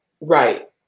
Right